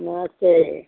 नमस्ते